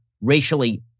racially